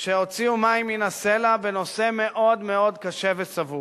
שהוציאו מים מן הסלע בנושא מאוד מאוד קשה וסבוך,